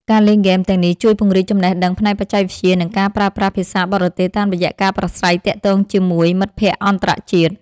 ការលេងហ្គេមទាំងនេះជួយពង្រីកចំណេះដឹងផ្នែកបច្ចេកវិទ្យានិងការប្រើប្រាស់ភាសាបរទេសតាមរយៈការប្រស្រ័យទាក់ទងជាមួយមិត្តភក្តិអន្តរជាតិ។